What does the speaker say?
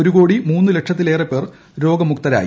ഒരു കോടി മൂന്ന് ലക്ഷത്തിലേറെ പേർ രോഗമുക്തരായി